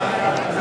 הנושא